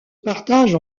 partage